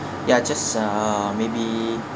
ya just uh maybe